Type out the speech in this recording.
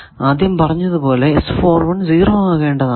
ആദ്യം പറഞ്ഞത് പോലെ 0 ആകേണ്ടതാണ്